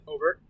Over